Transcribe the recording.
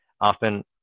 often